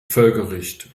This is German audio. völkerrecht